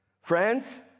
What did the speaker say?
Friends